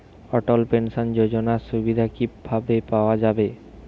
অটল pension যোজনার সুবিধা কি ভাবে পাওয়া যাবে?